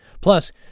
Plus